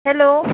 hello